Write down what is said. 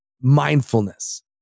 mindfulness